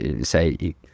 say